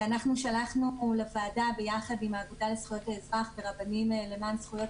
אנחנו שלחנו לוועדה ביחד עם הוועדה לזכויות האזרח ורבנים למען זכויות